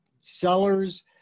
sellers